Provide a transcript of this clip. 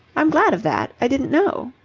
i'm glad of that. i didn't know.